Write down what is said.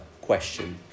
question